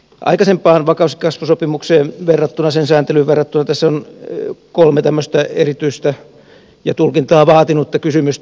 aikaisempaan vakaus ja kasvusopimukseen verrattuna sen sääntelyyn verrattuna tässä on kolme tämmöistä erityistä ja tulkintaa vaatinutta kysymystä